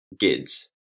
gids